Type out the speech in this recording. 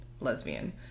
lesbian